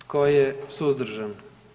Tko je suzdržan?